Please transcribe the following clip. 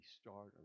start